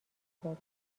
داد